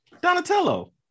Donatello